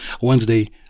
Wednesday